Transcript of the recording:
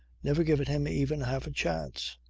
never given him even half a chance.